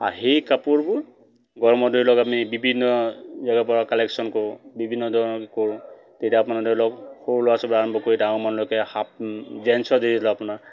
আৰু সেই কাপোৰবোৰ গৰমত ধৰি লওক আমি বিভিন্ন জেগাৰ পৰা কালেকশ্যন কৰোঁ বিভিন্ন ধৰণৰ কৰোঁ তেতিয়া আপোনাৰ ধৰি লওক সৰু ল'ৰা ছোৱালীপা আৰম্ভ কৰি ডাঙৰলৈকে হাফ জেণ্টচৰ ধৰি লওক আপোনাৰ